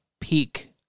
peak